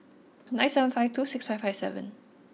nine seven five two six five five seven